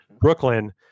Brooklyn